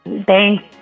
Thanks